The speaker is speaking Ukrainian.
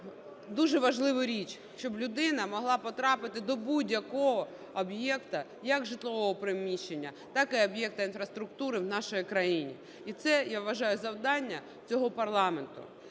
дуже важливу річ: щоб людина могла потрапити до будь-якого об'єкта, як житлового приміщення, так і об'єкта інфраструктури, в нашій країні. І це, я вважаю, завдання цього парламенту.